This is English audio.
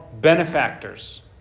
benefactors